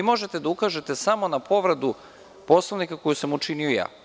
Možete da ukažete samo na povredu Poslovnika koju sam učinio ja.